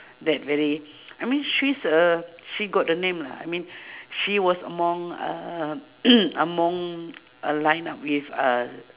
that very I mean she's a she got the name lah I mean she was among uh among a line up with uh